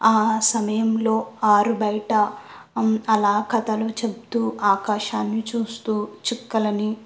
ఆ సమయంలో ఆరు బయట అలా కథలు చెబుతూ ఆకాశాన్ని చూస్తూ చుక్కలని